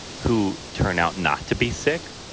who turn out not to be sick.